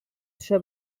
төшә